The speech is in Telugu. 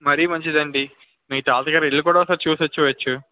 మరీ మంచిది అండి మీ తాతగారి ఇల్లు కూడా ఒకసారి చూసి వచ్చేయచ్చు